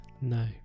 no